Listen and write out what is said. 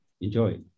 enjoy